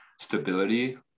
stability